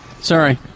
Sorry